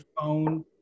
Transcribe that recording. phone